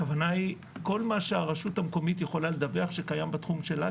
הכוונה היא כל מה שהרשות המקומית יכולה לדווח שקיים בתחום שלה,